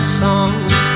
songs